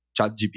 ChatGPT